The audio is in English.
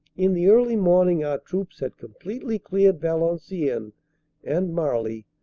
in the early morning our troops had completely cleared valenciennes and marly,